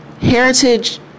heritage